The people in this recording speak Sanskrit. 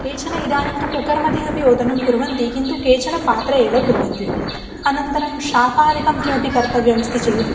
केचन इदानीं तु कुकर् मध्ये अपि ओदनं कुर्वन्ति किन्तु केचन पात्रे एव कुर्वन्ति अनन्तरं शाकादिकं किमपि कर्तव्यमस्ति चेत्